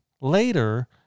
Later